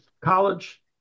college